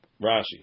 Rashi